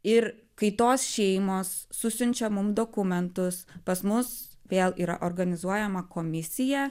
ir kai tos šeimos susiunčia mum dokumentus pas mus vėl yra organizuojama komisija